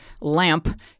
lamp